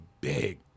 big